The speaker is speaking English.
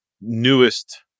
newest